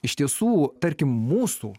iš tiesų tarkim mūsų